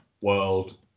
world